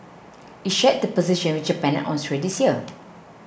it shared the position with Japan and Austria this year